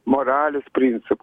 moralės principu